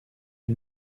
les